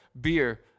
beer